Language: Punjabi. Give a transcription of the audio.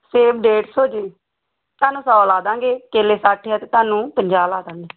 ਸੇਬ ਡੇਢ ਸੌ ਜੀ ਤੁਹਾਨੂੰ ਸੌ ਲਾ ਦਾਂਗੇ ਕੇਲੇ ਸੱਠ ਆ ਅਤੇ ਤੁਹਾਨੂੰ ਪੰਜਾਹ ਲਾ ਦਾਂਗੇ